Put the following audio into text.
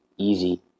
Easy